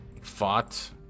fought